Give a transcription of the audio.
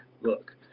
look